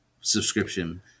subscription